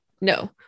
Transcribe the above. No